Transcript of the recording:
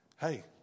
Hey